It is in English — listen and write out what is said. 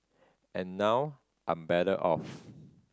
and now I'm better off